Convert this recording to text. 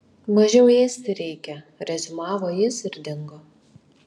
mažiau ėsti reikia reziumavo jis ir dingo